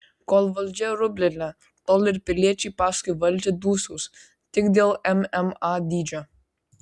kol valdžia rublinė tol ir piliečiai paskui valdžią dūsaus tik dėl mma dydžio